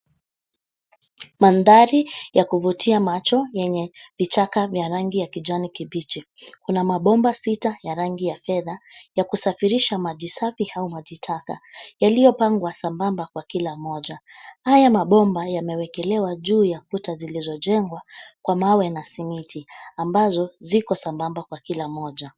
Mandhari ya kuvutia macho yenye vichaka vya rangi ya kijani kibichi. Kuna mabomba sita ya rangi ya fedha ya kusafirisha maji safi au maji taka yaliyopangwa sambamba kwa kila moja. Haya mabomba yamewekelewa juu ya kuta zilizojengwa Kwa mawe na simiti ambazo ziko sambamba Kwa kila moja.